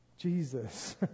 Jesus